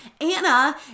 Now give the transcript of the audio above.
Anna